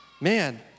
man